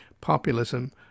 populism